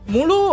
Mulu